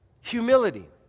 Humility